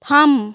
থাম